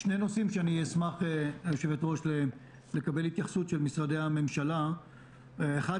אשמח לקבל התייחסות ממשרדי הממשלה לשני נושאים: האחד